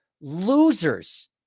losers